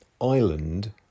Island